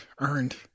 Earned